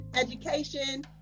education